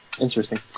Interesting